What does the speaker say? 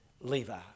Levi